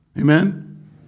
Amen